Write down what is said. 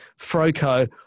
froco